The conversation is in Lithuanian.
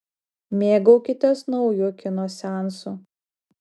mėgaukitės nauju kino seansu